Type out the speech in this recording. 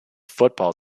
football